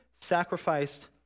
sacrificed